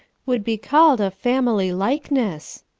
would be called a family likeness.